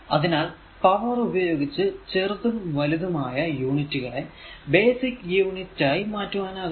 അതിനാൽ പവർ ഉപയോഗിച്ച് ചെറുതും വലുതും ആയ യൂണിറ്റുകളെ ബേസിക് യൂണിറ്റ് ആയി മാറ്റുവാൻ ആകും